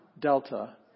Delta